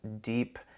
deep